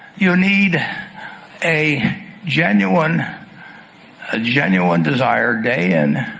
you need a genuine a genuine desire day-in,